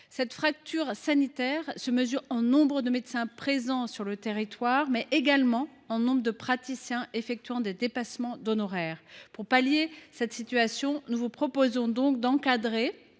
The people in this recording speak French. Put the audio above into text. Cette fracture sanitaire se mesure non seulement en nombre de médecins présents sur le territoire, mais également en nombre de praticiens effectuant des dépassements d’honoraires. Pour pallier cette situation, nous vous proposons d’encadrer